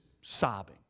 sobbing